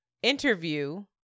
interview